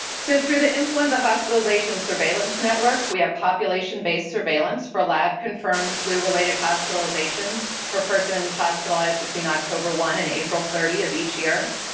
so through the influenza hospitalization surveillance network we have population based surveillance for lab confirmed flu related hospitalizations for persons hospitalized between october one and april thirty of each year.